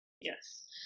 Yes